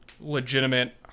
legitimate